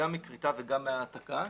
גם מכריתה וגם מהעתקה.